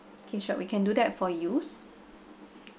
T shirt we can do that for you